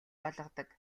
болгодог